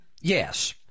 Yes